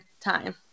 time